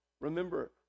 remember